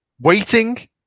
waiting